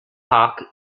park